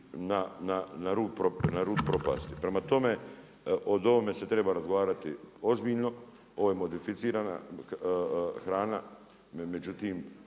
na rub propasti. Prema tome, o ovome se treba razgovarati ozbiljno, ovo je modificirana hrana, međutim,